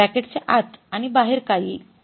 bracket च्या आत आणि बाहेर काय येईल